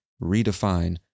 redefine